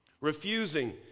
refusing